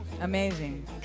Amazing